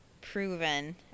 proven